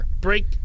break